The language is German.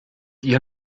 ihr